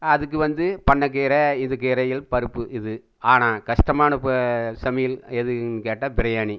அதுக்கு வந்து பண்ணைக்கீர இது கீரைகள் பருப்பு இது ஆனால் கஷ்டமான சமையல் எதுன்னு கேட்டால் பிரியாணி